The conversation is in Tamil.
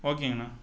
ஓகேங்கண்ணா